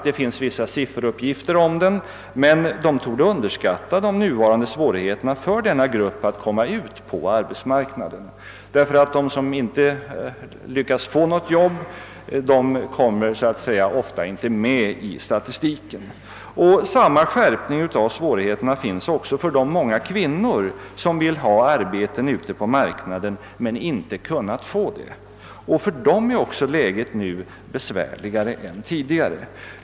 Det finns vissa sifferuppgifter om dem, men dessa torde underskatta de nuvarande svårigheterna för den gruppen att komma ut på arbetsmarknaden — de som inte lyckas få något jobb kommer så att säga ofta inte med i statistiken. Samma skärpning av svårigheterna finns också för de många kvinnor som vill ha arbete ute på marknaden men inte kunnat få det. även för dem är läget besvärligare nu än tidigare.